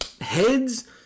heads